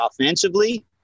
offensively